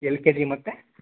L K G ಮತ್ತು